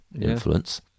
influence